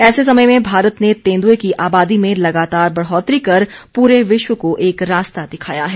ऐसे समय में भारत ने तेंदुए की आबादी में लगातार बढ़ोतरी कर पूरे विश्व को एक रास्ता दिखाया है